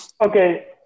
Okay